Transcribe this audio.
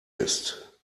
bist